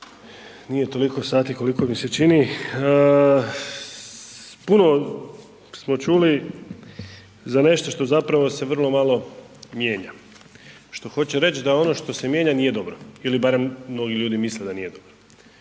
Nije toliko sati koliko mi se čini, puno smo čuli za nešto što zapravo se vrlo malo mijenja, što hoću reć da ono što se mijenja nije dobro ili barem mnogi ljudi misle da nije dobro